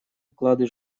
уклады